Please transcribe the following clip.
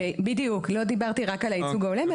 בדיוק, לא דיברתי רק על הייצוג ההולם.